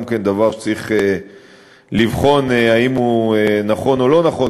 גם זה דבר שצריך לבחון אם הוא נכון או לא נכון,